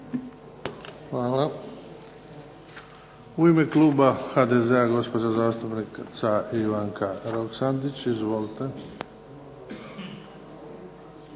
Hvala. U ime Kluba HDZ-a gospođa zastupnica Ivanka Roksandić, izvolite.